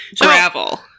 Gravel